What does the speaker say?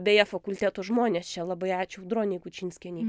beje fakulteto žmonės čia labai ačiū audronei kučinskienei